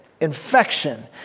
Infection